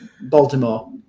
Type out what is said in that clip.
Baltimore